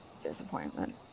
disappointment